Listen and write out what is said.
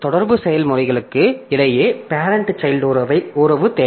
தொடர்பு செயல்முறைகளுக்கு இடையே பேரெண்ட் சைல்ட் உறவு தேவை